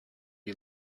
you